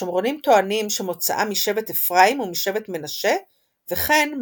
השומרונים טוענים שמוצאם משבט אפרים ומשבט מנשה וכן מהלוויים.